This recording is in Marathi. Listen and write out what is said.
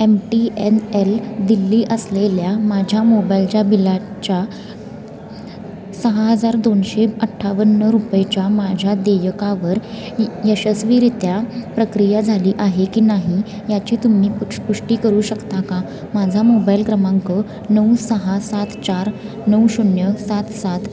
M T N L Delhi असलेल्या माझ्या मोबाईलच्या बिलाच्या सहा हजार दोनशे अठ्ठावन्न रुपयेच्या माझ्या देयकावर यशस्वीरित्या प्रक्रिया झाली आहे की नाही याची तुम्ही पुष पुष्टी करू शकता का माझा मोबाईल क्रमांक नऊ सहा सात चार नऊ शून्य सात सात